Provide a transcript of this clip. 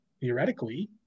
theoretically